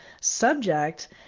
subject